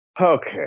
Okay